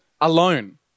alone